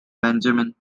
benjamin